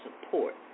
support